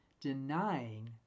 denying